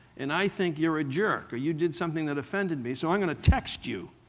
and i think you're a jerk or you did something that offended me, so i'm going to text you.